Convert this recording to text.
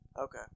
Okay